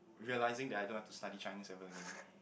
realising that I don't have to study Chinese ever again